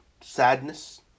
sadness